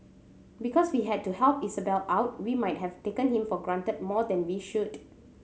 because we had to help Isabelle out we might have taken him for granted more than we should